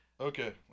Okay